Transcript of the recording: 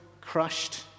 crushed